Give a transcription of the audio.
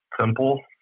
simple